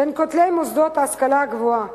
בין כותלי חלק ממוסדות ההשכלה הגבוהה